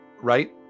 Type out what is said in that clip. Right